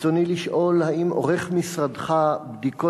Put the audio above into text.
רצוני לשאול: 1. האם עורך משרדך בדיקות